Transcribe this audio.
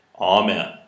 Amen